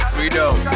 Freedom